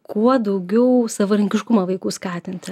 kuo daugiau savarankiškumą vaikų skatinti